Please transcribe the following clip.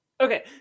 Okay